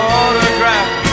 autograph